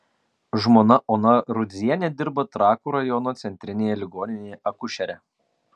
žmona ona rudzienė dirba trakų rajono centrinėje ligoninėje akušere